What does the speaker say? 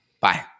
Bye